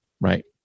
right